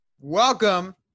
Welcome